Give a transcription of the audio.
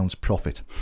profit